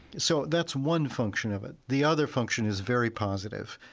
so that's one function of it the other function is very positive.